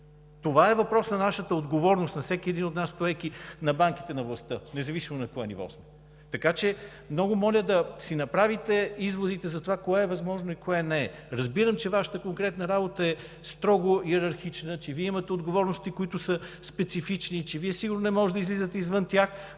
Това е въпрос на нашата отговорност, на всеки един от нас, стоейки на банките на властта, независимо на кое ниво сме. Много моля да си направите изводите за това кое е възможно и кое не е. Разбирам, че Вашата конкретна работа е строго йерархична, че Вие имате отговорности, които са специфични, че Вие сигурно не можете да излизате извън тях,